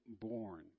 born